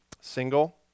single